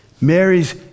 Mary's